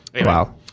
Wow